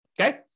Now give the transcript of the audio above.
okay